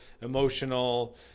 emotional